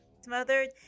smothered